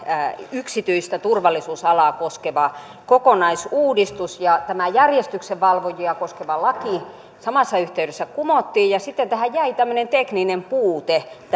yksityistä turvallisuusalaa koskeva kokonaisuudistus ja tämä järjestyksenvalvojia koskeva laki samassa yhteydessä kumottiin ja sitten tähän jäi tämmöinen tekninen puute